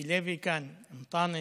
מיקי לוי כאן, אנטאנס,